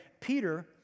Peter